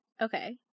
Okay